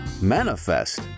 manifest